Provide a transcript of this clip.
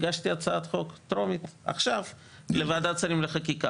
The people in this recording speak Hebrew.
הגשתי הצעת חוק טרומית עכשיו לוועדת שרים לחקיקה.